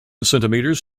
centimetres